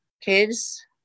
kids